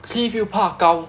cliff 又怕高